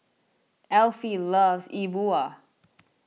Elfie loves E Bua